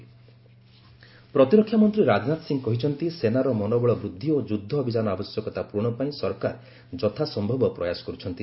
Rajnath army ପ୍ରତିରକ୍ଷା ମନ୍ତ୍ରୀ ରାଜନାଥ ସିଂହ କହିଛନ୍ତି ସେନାର ମନୋବଳ ବୃଦ୍ଧି ଓ ଯୁଦ୍ଧ ଅଭିଯାନ ଆବଶ୍ୟକତା ପୂରଣ ପାଇଁ ସରକାର ଯଥାସମ୍ଭବ ପ୍ରୟାସ କରୁଛନ୍ତି